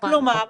כלומר,